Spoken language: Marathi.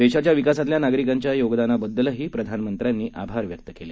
देशाच्या विकासातल्या नागरिकांच्या योगदानाबद्दलही प्रधानमंत्र्यांनी आभार व्यक्त केले